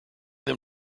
them